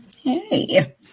Hey